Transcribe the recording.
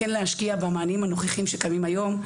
כן להשקיע במענים שקיימים היום,